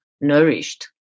nourished